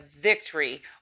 victory